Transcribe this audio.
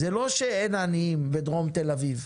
זה לא שאין עניים בדרום תל-אביב.